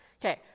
Okay